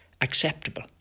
acceptable